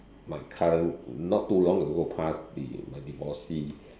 my current not too long ago past would be my divorcee